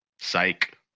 Psych